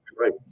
Right